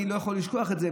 ואני לא יכול לשכוח את זה,